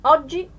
Oggi